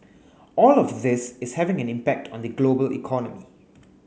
all of this is having an impact on the global economy